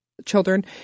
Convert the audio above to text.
children